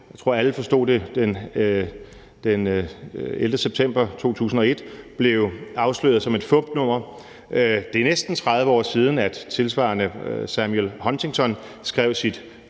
det tror jeg alle forstod den 11. september 2001, blev afsløret som et fupnummer. Det er tilsvarende næsten 30 år siden, at Samuel P. Huntington skrev sit